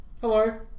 Hello